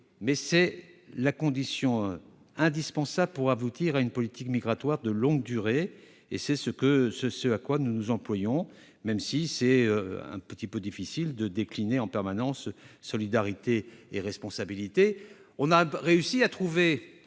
Mais c'est la condition indispensable pour aboutir à une politique migratoire de longue durée. C'est ce à quoi nous nous employons, même s'il est un peu difficile de décliner en permanence solidarité et responsabilité. Nous avons trouvé